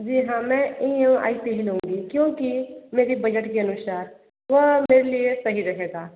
जी हाँ मैं E M I पर ही लूँगी क्योंकि मेरे बजट के अनुसार वह मेरे लिए सही रहेगा